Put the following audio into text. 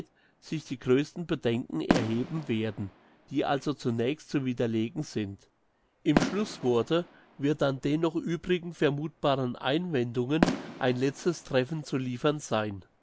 sich die grössten bedenken erheben werden die also zunächst zu widerlegen sind im schlusswort wird dann den noch übrigen vermuthbaren einwendungen ein letztes treffen zu liefern sein